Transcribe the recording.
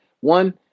One